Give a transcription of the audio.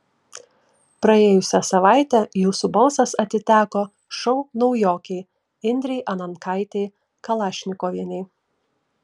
praėjusią savaitę jūsų balsas atiteko šou naujokei indrei anankaitei kalašnikovienei